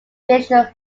finished